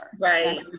Right